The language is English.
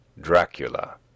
Dracula